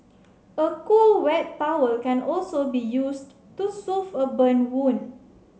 a cool wet towel can also be used to soothe a burn wound